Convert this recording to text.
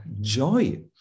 joy